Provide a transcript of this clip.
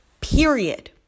period